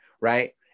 right